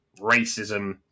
racism